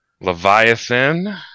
Leviathan